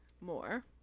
more